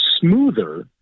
smoother